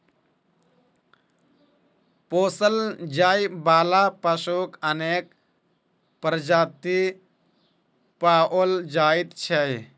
पोसल जाय बला पशुक अनेक प्रजाति पाओल जाइत छै